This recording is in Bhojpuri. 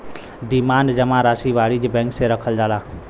डिमांड जमा राशी वाणिज्य बैंक मे रखल जाला